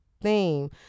Theme